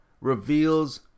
reveals